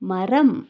மரம்